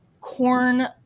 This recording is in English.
corn